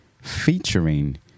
featuring